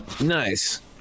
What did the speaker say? Nice